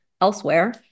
elsewhere